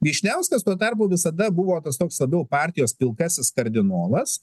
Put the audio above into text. vyšniauskas tuo tarpu visada buvo tas toks labiau partijos pilkasis kardinolas